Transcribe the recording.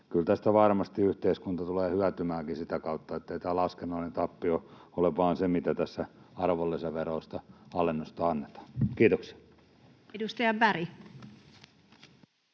kyllä tästä varmasti yhteiskunta tulee hyötymäänkin sitä kautta, ettei tämä laskennallinen tappio ole vain se, mitä tässä arvonlisäverosta alennusta annetaan. — Kiitoksia. [Speech 128]